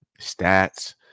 stats